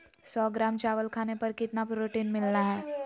सौ ग्राम चावल खाने पर कितना प्रोटीन मिलना हैय?